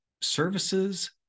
services